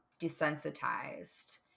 desensitized